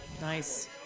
nice